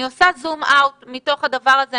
אני עושה זום-אאוט מתוך הדבר הזה,